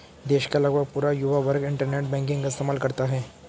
देश का लगभग पूरा युवा वर्ग इन्टरनेट बैंकिंग का इस्तेमाल करता है